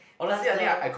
plus the